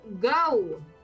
go